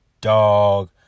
dog